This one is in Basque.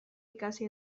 ikasi